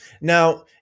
Now